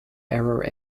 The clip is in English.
aero